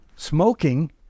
Smoking